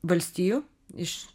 valstijų iš